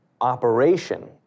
operation